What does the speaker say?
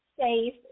safe